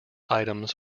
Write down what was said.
items